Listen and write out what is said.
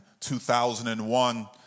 2001